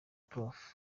prof